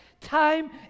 time